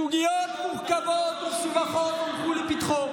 סוגיות מורכבות ומסובכות הונחו לפתחו,